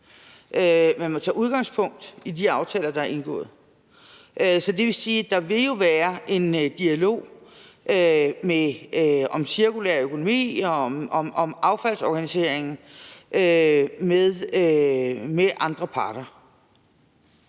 Man må tage udgangspunkt i de aftaler, der er indgået. Det vil sige, at der jo vil være en dialog om cirkulær økonomi og om affaldsorganiseringen med andre parter.